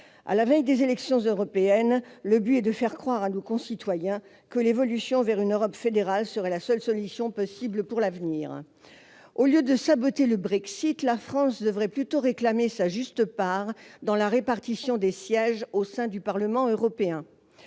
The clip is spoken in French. À la veille des élections européennes, le but est de faire croire à nos concitoyens que l'évolution vers une Europe fédérale serait l'unique solution possible pour l'avenir. Au lieu de saboter le Brexit, la France devrait plutôt réclamer sa juste part dans la répartition des sièges au sein du Parlement européen.